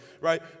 right